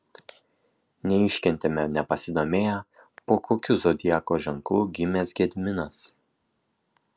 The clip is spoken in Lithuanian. neiškentėme nepasidomėję po kokiu zodiako ženklu gimęs gediminas